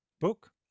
book